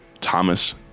Thomas